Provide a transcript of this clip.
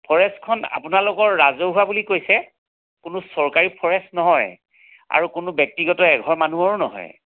ফৰেষ্টখন আপোনালোকৰ ৰাজহুৱা বুলি কৈছে কোনো চৰকাৰী ফৰেষ্ট নহয় আৰু কোনো ব্য়ক্তিগত এঘৰ মানুহৰো নহয়